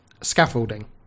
scaffolding